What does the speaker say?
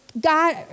God